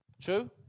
True